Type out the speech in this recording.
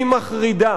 היא מחרידה: